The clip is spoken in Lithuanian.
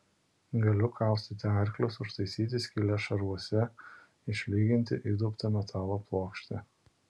galiu kaustyti arklius užtaisyti skyles šarvuose išlyginti įduobtą metalo plokštę